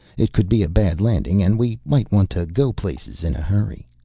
it could be a bad landing and we might want to go places in a hurry.